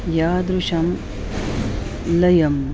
यादृशं लयम्